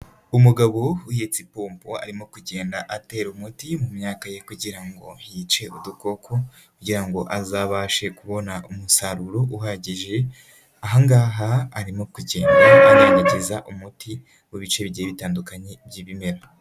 Umugabo uhetse ipompo arimo kugenda atera umuti mu myaka ye kugira ngo yice udukoko kugira ngo azabashe kubona umusaruro uhagije, aha ngaha arimo kugenda anyanyangiza umuti mu bice bike bitandukanye by'ibimera.